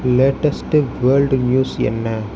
latest world news என்ன